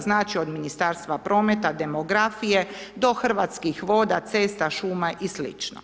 Znači od ministarstva prometa, demografije, do Hrvatskih voda, cesta, šuma i sl.